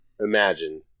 Imagine